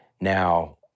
Now